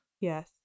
Yes